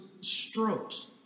strokes